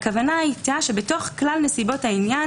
הכוונה הייתה שבתוך כלל נסיבות העניין